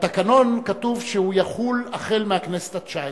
בתקנון כתוב שהוא יחול החל מהכנסת התשע-עשרה,